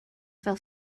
fel